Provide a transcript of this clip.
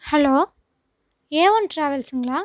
hello A one ட்ராவல்ஸுங்களா